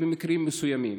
במקרים מסוימים.